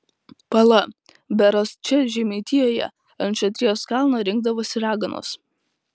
pala berods čia žemaitijoje ant šatrijos kalno rinkdavosi raganos